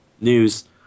News